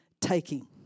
taking